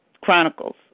Chronicles